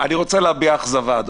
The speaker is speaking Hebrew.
אני רוצה להביע אכזבה, אדוני.